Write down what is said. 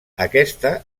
aquesta